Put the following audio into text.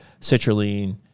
citrulline